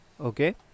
okay